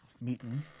meeting